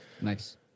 Nice